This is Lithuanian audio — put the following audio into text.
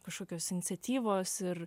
kažkokios iniciatyvos ir